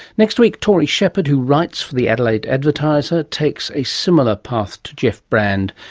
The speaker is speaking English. next week tory shepherd, who writes for the adelaide advertiser, takes a similar path to geoff brand,